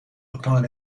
upon